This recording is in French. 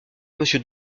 monsieur